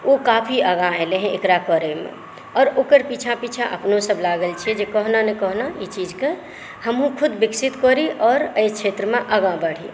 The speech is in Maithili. ओ काफी आगाँ एलै हँ एकरा करयमे आ ओकर पिछा पिछा अपनो सभ लागल छी जे कहुना ने कहुना ई चीजकेँ हमहुँ खुद विकसित करी और अहि क्षेत्रमे आगाँ बढ़ी